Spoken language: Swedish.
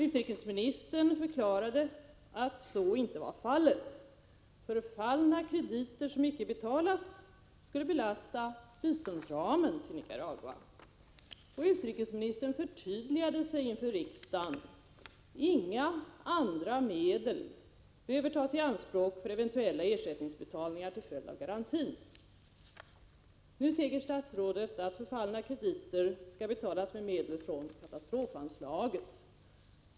Utrikesministern förklarade att så inte var fallet. Förfallna krediter som icke betalats skulle belasta biståndsramen till Nicaragua. Utrikesministern förtydligade sig inför riksdagen: Inga andra medel behöver tas i anspråk för eventuella ersättningsbetalningar till följd av garantin. Nu säger statsrådet att förfallna krediter skall betalas med medel från katastrofanslaget.